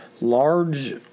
large